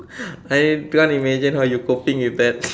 I can't imagine how you coping with that